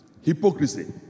Hypocrisy